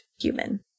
human